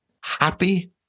happy